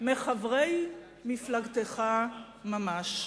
מחברי מפלגתך ממש.